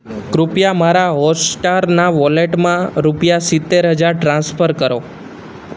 કૃપયા મારા હોટસ્ટારના વોલેટમાં રૂપિયા સિત્તેર હજાર ટ્રાન્સફર કરો